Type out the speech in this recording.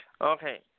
Okay